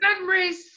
memories